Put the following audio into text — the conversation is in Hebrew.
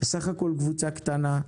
זאת בסך הכל קבוצה קטנה.